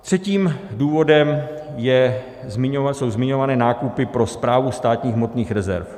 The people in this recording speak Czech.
Třetím důvodem jsou zmiňované nákupy pro Správu státních hmotných rezerv.